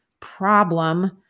Problem